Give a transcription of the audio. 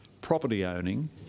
property-owning